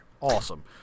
awesome